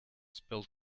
spilt